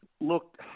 Look